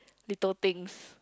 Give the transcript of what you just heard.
little things